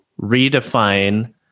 redefine